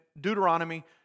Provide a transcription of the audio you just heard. Deuteronomy